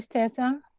tessa.